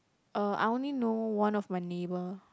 uh I only know one of my neighbour